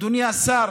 אדוני השר,